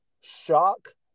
shock